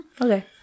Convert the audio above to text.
okay